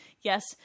yes